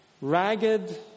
ragged